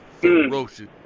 ferocious